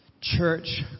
church